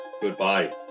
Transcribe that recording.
Goodbye